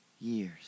years